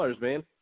man